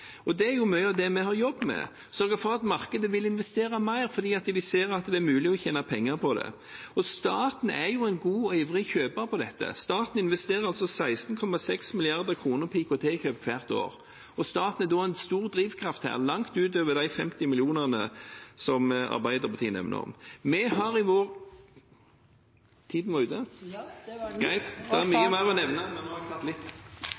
subsidier. Totalresultatet blir jo mye bedre hvis man får markedet og myndighetene til å spille på lag. Og det er mye av det vi har jobbet med, å sørge for at markedet vil investere mer fordi de ser at det er mulig å tjene penger på det. Staten er en god og ivrig kjøper i dette. Staten investerer altså 16,6 mrd. kr i IKT-kjøp hvert år, og staten er da en stor drivkraft – langt utover de 50 mill. kr som Arbeiderpartiet nevner. Tiden er ute. Ja, det var mye mer å nevne, men nå har jeg